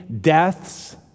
deaths